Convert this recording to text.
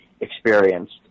experienced